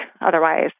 otherwise